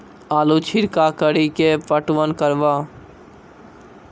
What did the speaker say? आलू छिरका कड़ी के पटवन करवा?